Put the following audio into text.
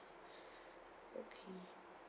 okay